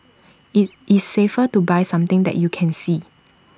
IT is safer to buy something that you can see